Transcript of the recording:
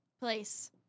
place